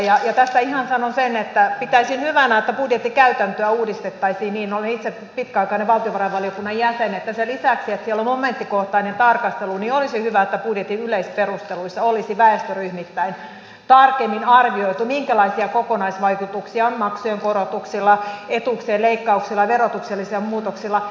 tässä ihan sanon sen että pitäisin hyvänä että budjettikäytäntöä uudistettaisiin niin olen itse pitkäaikainen valtiovarainvaliokunnan jäsen että sen lisäksi että siellä on momenttikohtainen tarkastelu olisi hyvä että budjetin yleisperusteluissa olisi väestöryhmittäin tarkemmin arvioitu minkälaisia kokonaisvaikutuksia on maksujen korotuksilla etuuksien leikkauksilla ja verotuksellisilla muutoksilla